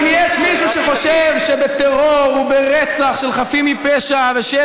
אם יש מישהו שחושב שבטרור וברצח של חפים מפשע ושל